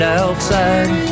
outside